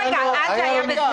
לא, רגע, אז הוא היה בסדר?